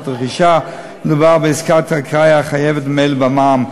רכישה מדובר בעסקת אקראי החייבת ממילא במע"מ.